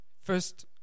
first